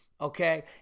okay